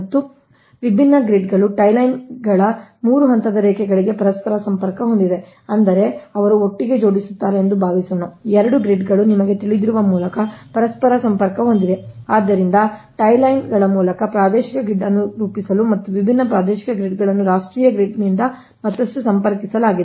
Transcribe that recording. ಮತ್ತು ವಿಭಿನ್ನ ಗ್ರಿಡ್ ಗಳು ಟೈ ಲೈನ್ಗಳ 3 ಹಂತದ ರೇಖೆಗಳಿಗೆ ಪರಸ್ಪರ ಸಂಪರ್ಕ ಹೊಂದಿವೆ ಅಂದರೆ ಅವರು ಒಟ್ಟಿಗೆ ಜೋಡಿಸುತ್ತಾರೆ ಎಂದು ಭಾವಿಸೋಣ 2 ಗ್ರಿಡ್ ಗಳು ನಿಮಗೆ ತಿಳಿದಿರುವ ಮೂಲಕ ಪರಸ್ಪರ ಸಂಪರ್ಕ ಹೊಂದಿವೆ ಆದ್ದರಿಂದ ಟೈ ಲೈನ್ಗಳ ಮೂಲಕ ಪ್ರಾದೇಶಿಕ ಗ್ರಿಡ್ ಅನ್ನು ರೂಪಿಸಲು ಮತ್ತು ವಿಭಿನ್ನ ಪ್ರಾದೇಶಿಕ ಗ್ರಿಡ್ಗಳನ್ನು ರಾಷ್ಟ್ರೀಯ ಗ್ರಿಡ್ ನಿಂದ ಮತ್ತಷ್ಟು ಸಂಪರ್ಕಿಸಲಾಗಿದೆ